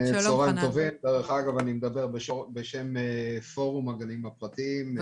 שלום לכולם, אני מדבר בשם פורום הגנים הפרטיים.